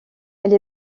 elle